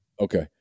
Okay